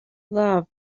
love